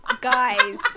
Guys